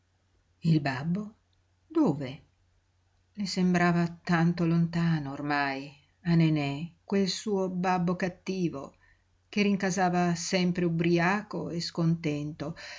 il babbo dove le sembrava tanto lontano ormai a nenè quel suo babbo cattivo che rincasava sempre ubriaco e scontento